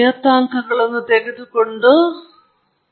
ಅಲ್ಲಿ ನಾನು ಸಮಯ ಸರಣಿಯ ವಿಧಾನವನ್ನು ತೆಗೆದುಕೊಳ್ಳಬೇಕಾಗಿದೆ